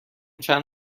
چند